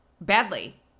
badly